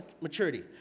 maturity